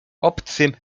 obcym